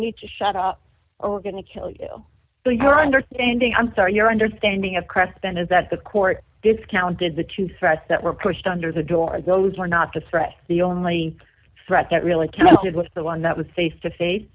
need to shut up or gonna kill you for your understanding i'm sorry your understanding of crespin is that the court discounted the true threats that were pushed under the door those were not the threat the only threat that really counted was the one that was safe to face